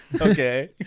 Okay